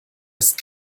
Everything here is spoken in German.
ist